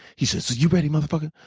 he says, so you ready, motherfucker?